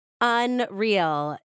Unreal